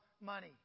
money